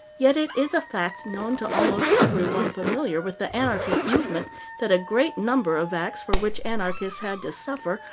yet it is a fact known to almost everyone familiar with the anarchist movement that a great number of acts, for which anarchists had to suffer,